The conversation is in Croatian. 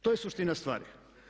To je suština stvari.